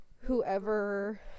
whoever